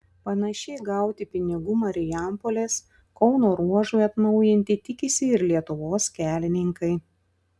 panašiai gauti pinigų marijampolės kauno ruožui atnaujinti tikisi ir lietuvos kelininkai